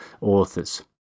authors